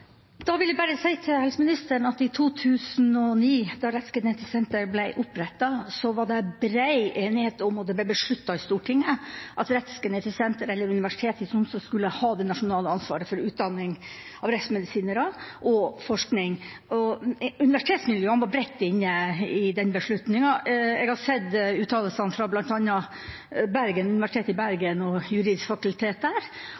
da Rettsgenetisk senter ble opprettet, var det bred enighet om – det ble besluttet i Stortinget – at Rettsgenetisk senter ved Universitetet i Tromsø skulle ha det nasjonale ansvaret for utdanning av rettsmedisinere og for rettsmedisinsk forskning. Universitetsmiljøene var bredt inne i den beslutningen. Jeg har sett uttalelsene fra bl.a. Det juridiske fakultet ved Universitetet i